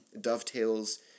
dovetails